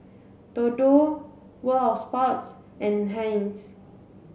Dodo World Of Sports and Heinz